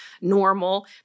normal